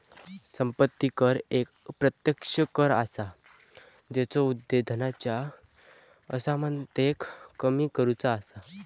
संपत्ती कर एक प्रत्यक्ष कर असा जेचा उद्देश धनाच्या असमानतेक कमी करुचा असा